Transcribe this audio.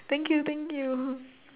thank you thank you